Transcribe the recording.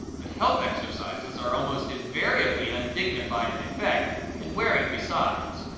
but health exercises are almost invariably undignified in effect and wearing besides.